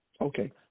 Okay